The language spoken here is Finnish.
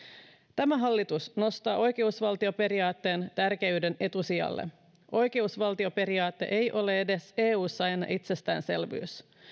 tämä hallitus nostaa oikeusvaltioperiaatteen tärkeyden etusijalle oikeusvaltioperiaate ei ole edes eussa aina itsestäänselvyys